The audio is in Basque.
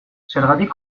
zergatik